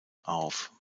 auf